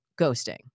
ghosting